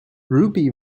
ruby